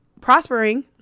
prospering